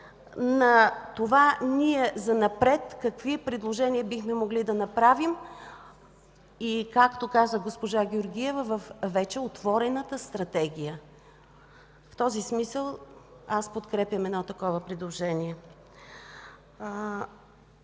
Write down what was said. на това ние занапред какви предложения бихме могли да направим и, както каза госпожа Георгиева, във вече отворената стратегия. В този смисъл аз подкрепям едно такова предложение.